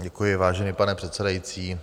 Děkuji, vážený pane předsedající.